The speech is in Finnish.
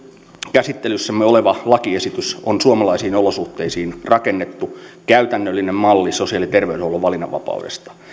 käsittelyssämme oleva lakiesitys on suomalaisiin olosuhteisiin rakennettu käytännöllinen malli sosiaali ja terveydenhuollon valinnanvapaudesta